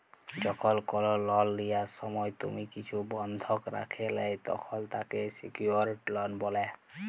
যখল কল লন লিয়ার সময় তুমি কিছু বনধক রাখে ল্যয় তখল তাকে স্যিক্যুরড লন বলে